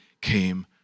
came